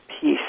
peace